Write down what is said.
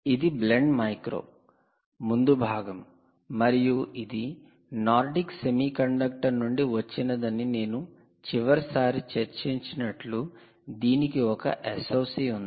ఇది 'Blend Micro' 'Blend micro' ముందు భాగం మరియు ఇది 'నార్డిక్ సెమీకండక్టర్' 'Nordic semiconductor' నుండి వచ్చినదని నేను చివరిసారి చర్చించినట్లు దీనికి ఒక SOC ఉంది